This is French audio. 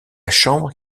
chambre